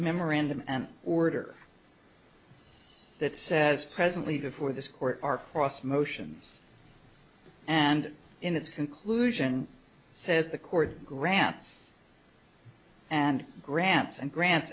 memorandum and order that says presently before this court our cross motions and in its conclusion says the court grants and grants and grants